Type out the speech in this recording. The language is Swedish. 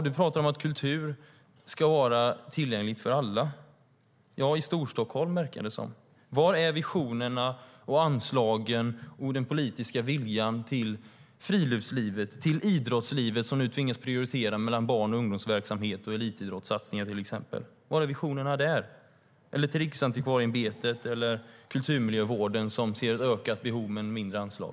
Du säger att kultur ska vara tillgängligt för alla. Ja, i Storstockholm, verkar det som. Var är visionerna, anslagen och den politiska viljan när det gäller friluftslivet och när det gäller idrottslivet, som nu tvingas prioritera mellan barn och ungdomsverksamhet och elitidrottssatsningar? Var finns de visionerna? Var finns visionerna och anslagen för Riksantikvarieämbetet och kulturmiljövården, som ser ett ökat behov men får mindre anslag?